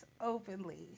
openly